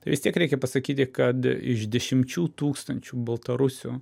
tai vis tiek reikia pasakyti kad iš dešimčių tūkstančių baltarusių